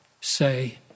say